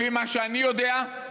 לפי מה שאני יודע,